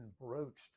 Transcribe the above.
broached